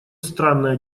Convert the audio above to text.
странное